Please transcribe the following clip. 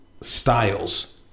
styles